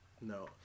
No